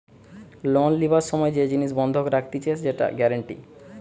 loan লিবার সময় যে জিনিস বন্ধক রাখতিছে সেটা গ্যারান্টি